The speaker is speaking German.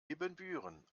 ibbenbüren